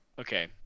Okay